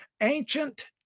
Ancient